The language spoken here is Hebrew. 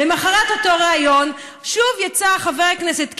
למוחרת אותו ריאיון שוב יצא חבר הכנסת קיש,